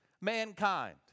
mankind